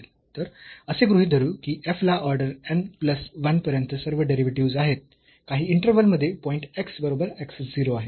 तर असे गृहीत धरू की f ला ऑर्डर n प्लस 1 पर्यंत सर्व डेरिव्हेटिव्हस् आहेत काही इंटर्व्हल मध्ये पॉईंट x बरोबर x 0 आहे